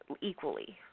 Equally